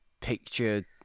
picture